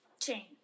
chain